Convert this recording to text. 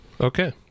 Okay